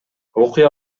окуя